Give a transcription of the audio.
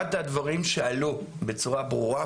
אחד הדברים שעלו בצורה ברורה,